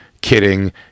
kidding